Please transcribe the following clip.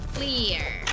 Clear